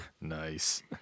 Nice